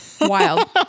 Wild